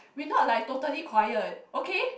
we not like totally quiet okay